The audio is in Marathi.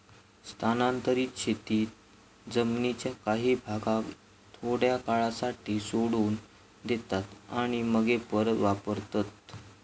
स्थानांतरीत शेतीत जमीनीच्या काही भागाक थोड्या काळासाठी सोडून देतात आणि मगे परत वापरतत